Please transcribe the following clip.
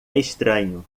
estranho